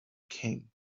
king